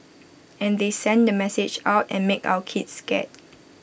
and they send the message out and make our kids scared